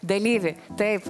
dalyvį taip